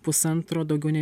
pusantro daugiau nei